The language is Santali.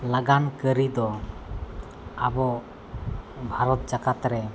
ᱞᱟᱜᱟᱱ ᱠᱟᱹᱨᱤ ᱫᱚ ᱟᱵᱚ ᱵᱷᱟᱨᱟᱛ ᱡᱟᱠᱟᱛ ᱨᱮ